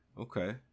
Okay